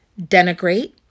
denigrate